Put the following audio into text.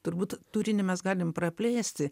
turbūt turinį mes galim praplėsti